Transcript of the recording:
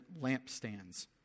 lampstands